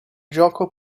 gioco